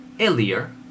Earlier